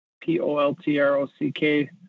P-O-L-T-R-O-C-K